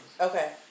Okay